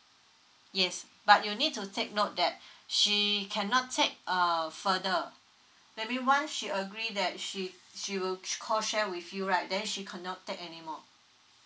yes but you need to take note that she cannot take err further maybe once she agree that she she will co share with you right then she cannot take anymore